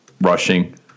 rushing